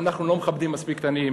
ואנחנו לא מכבדים מספיק את העניים.